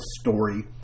story